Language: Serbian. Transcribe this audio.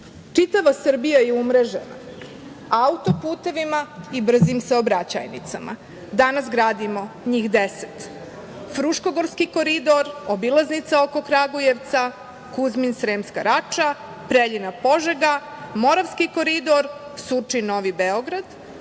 Čitava Srbija je umrežena autoputevima i brzim saobraćajnicama. Danas gradimo njih deset: Fruškogorski koridor, obilaznica oko Kragujevca, Kuzmin-Sremska Rača, Preljina-Požega, Moravski koridor, Surčin-Novi Beograd,